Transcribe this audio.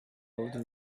old